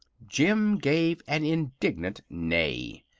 jim gave an indignant neigh.